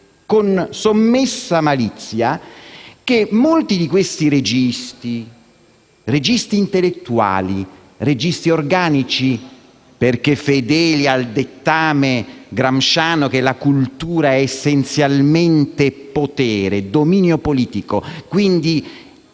con sommessa malizia - stranamente molti di questi registi intellettuali, organici perché fedeli al dettame gramsciano che la cultura è essenzialmente potere, dominio politico, quindi